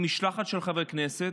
עם משלחת של חברי כנסת,